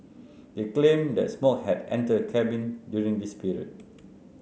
they claimed that smoke had entered the cabin during this period